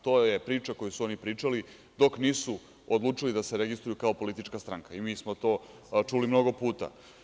To je priča koju su oni pričali, dok nisu odlučili da se registruju kao politička stranka i mi smo to čuli mnogo puta.